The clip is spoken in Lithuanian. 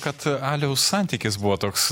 kad aliaus santykis buvo toks